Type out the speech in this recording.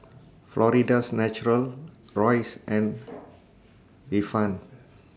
Florida's Natural Royce and Ifan